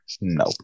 no